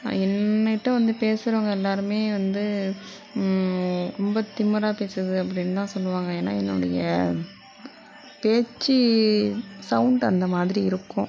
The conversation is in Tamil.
என்கிட்ட வந்து பேசுகிறவங்க எல்லாருமே வந்து ரொம்ப திமிராக பேசுது அப்படினு தான் சொல்லுவாங்க ஏன்னா என்னுடைய பேச்சு சவுண்ட் அந்த மாதிரி இருக்கும்